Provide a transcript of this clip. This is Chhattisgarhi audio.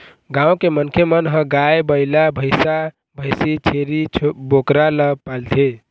गाँव के मनखे मन ह गाय, बइला, भइसा, भइसी, छेरी, बोकरा ल पालथे